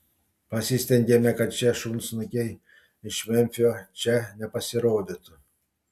pasistengėme kad tie šunsnukiai iš memfio čia nepasirodytų